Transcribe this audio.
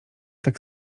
tak